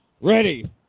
Ready